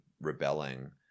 rebelling